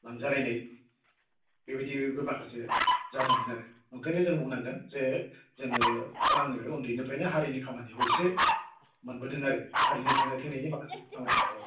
लांजालायनाय बेबायदिबो माखासे जादोंमोन आरो ओंखायनो जों बुंनांगोन जे जोङो बा आङो उन्दैनिफ्रायनो हारिनि खामानियाव एसे मोनबोदों आरो हारिनि थांनाय थैनायनि माखासे खामानिफ्राव औ